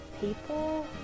People